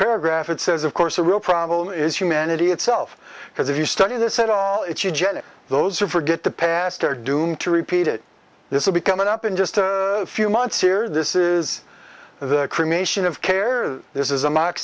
paragraph it says of course the real problem is humanity itself because if you study that said all its eugenics those who forget the past are doomed to repeat it this will be coming up in just a few months here this is the cremation of care this is a mock